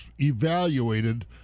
evaluated